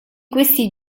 questi